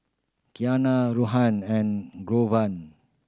Kiana Ruthann and Glover